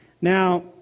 now